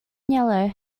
yellow